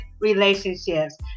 relationships